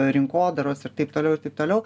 rinkodaros ir taip toliau ir taip toliau